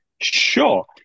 Sure